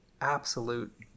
absolute